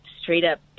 straight-up